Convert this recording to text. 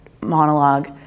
monologue